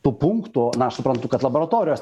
tų punktų na aš suprantu kad laboratorijos